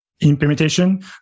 implementation